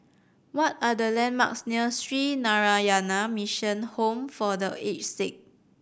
what are the landmarks near Sree Narayana Mission Home for The Aged Sick